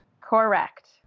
Correct